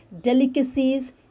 delicacies